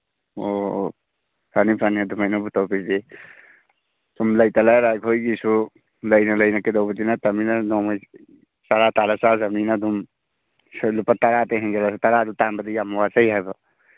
ꯑꯣ ꯑꯣ ꯐꯅꯤ ꯐꯅꯤ ꯑꯗꯨꯃꯥꯏꯅꯕꯨ ꯇꯧꯕꯤꯔꯗꯤ ꯁꯨꯝ ꯂꯩꯇ ꯂꯥꯏꯔ ꯑꯩꯈꯣꯏꯒꯤꯁꯨ ꯂꯩꯅ ꯂꯩꯅ ꯀꯩꯗꯧꯕꯗꯤ ꯅꯠꯇꯝꯅꯤꯅ ꯅꯣꯡꯃꯩ ꯆꯔꯥ ꯇꯥꯜꯂ ꯆꯥꯖꯕꯅꯤꯅ ꯑꯗꯨꯝ ꯁꯦ ꯂꯨꯄꯥ ꯇꯔꯥ ꯍꯤꯡꯖꯔꯁꯨ ꯇꯔꯥꯗꯨ ꯇꯥꯟꯕꯗ ꯌꯥꯝ ꯋꯥꯖꯩ ꯍꯥꯏꯕ